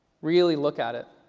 really look at it.